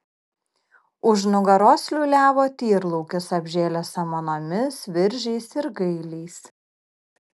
už nugaros liūliavo tyrlaukis apžėlęs samanomis viržiais ir gailiais